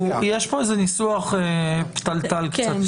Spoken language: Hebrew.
יש פה איזה ניסוח פתלתל קצת.